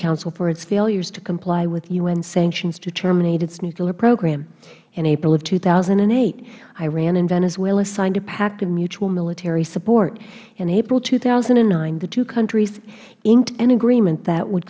council for its failures to comply with u n sanctions to terminate its nuclear program in april of two thousand and eight iran and venezuela signed a pact of mutual military support in april two thousand and nine the two countries inked an agreement that would